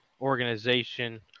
organization